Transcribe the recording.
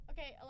Okay